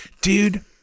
dude